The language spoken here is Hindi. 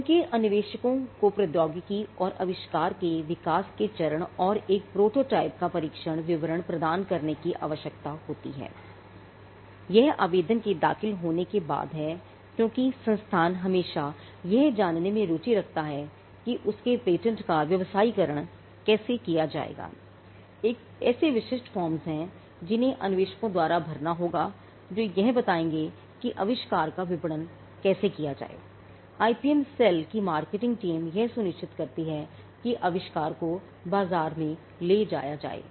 उनके अन्वेषकों को प्रौद्योगिकी और आविष्कार के विकास के चरण और एक प्रोटोटाइप की मार्केटिंग टीम यह सुनिश्चित करती है कि आविष्कार को बाजार में ले जाया जाए